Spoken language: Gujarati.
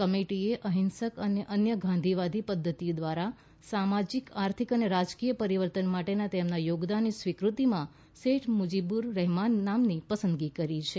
કમિટીએ અહિંસક અને અન્ય ગાંધીવાદી પદ્ધતિઓ દ્વારા સામાજિક આર્થિક અને રાજકીય પરિવર્તન માટેના તેમના યોગદાનની સ્વીકૃતિમાં શેઠ મુજીબુર રહેમાનના નામની પસંદગી કરી છે